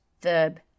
verb